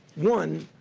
one,